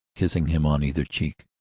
kissing him on either cheek.